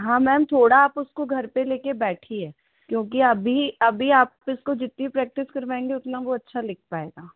हाँ मैम थोड़ा आप उसको घर पर लेकर बैठिए क्योंकि अभी अभी आप इसको जितनी प्रैक्टिस करवाएँगे उतना वो अच्छा लिख पाएगा